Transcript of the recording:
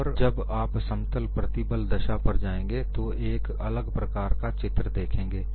और जब आप समतल प्रतिबल दशा पर जाएंगे तो एक अलग प्रकार का चित्र देखेंगे